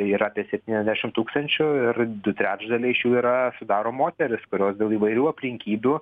yra apie septyniasdešim tūkstančių ir du trečdaliai iš jų yra sudaro moterys kurios dėl įvairių aplinkybių